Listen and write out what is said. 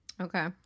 Okay